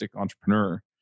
entrepreneur